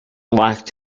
lacked